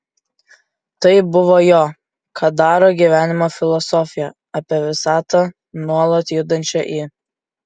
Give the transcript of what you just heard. tai buvo jo kadaro gyvenimo filosofija apie visatą nuolat judančią į